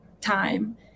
time